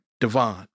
Devon